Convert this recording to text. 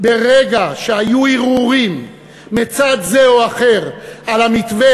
ברגע שהיו הרהורים מצד זה או אחר על המתווה